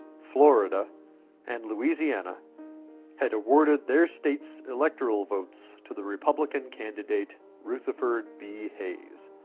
florida and louisiana had awarded their states' electoral votes to the republican candidate rutherford b. hayes,